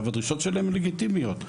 הדרישות שלהם לגיטימיות,